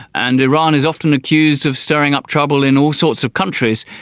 and iran is often accused of stirring up trouble in all sorts of countries,